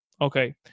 Okay